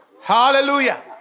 Hallelujah